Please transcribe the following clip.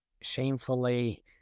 shamefully